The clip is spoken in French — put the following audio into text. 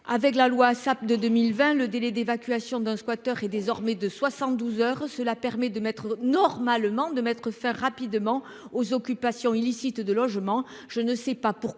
Avec la loi ASAP de 2020, le délai d'évacuation d'un squatteur est désormais de 72 heures, cela permet de mettre normalement de mettre fin rapidement aux occupation illicite de logement je ne sais pas pourquoi,